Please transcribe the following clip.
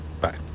Bye